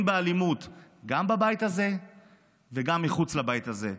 באלימות גם בבית הזה וגם מחוץ לבית הזה.